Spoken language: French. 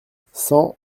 cent